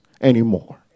anymore